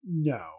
No